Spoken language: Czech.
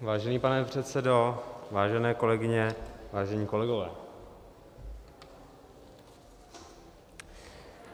Vážený pane předsedo, vážené kolegyně, vážení kolegové,